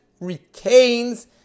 retains